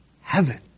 Heaven